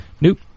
Nope